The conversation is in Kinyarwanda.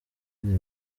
ben